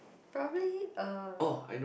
probably uh